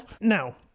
Now